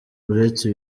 uretse